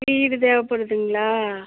வீடு தேவைப்படுதுங்களா